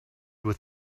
with